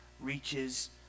reaches